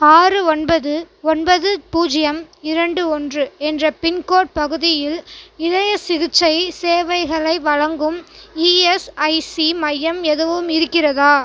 ஆறு ஒன்பது ஒன்பது பூஜ்ஜியம் இரண்டு ஒன்று என்ற பின்கோட் பகுதியில் இதய சிகிச்சை சேவைகளை வழங்கும் இஎஸ்ஐசி மையம் எதுவும் இருக்கிறதா